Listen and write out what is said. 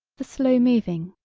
the slow-moving,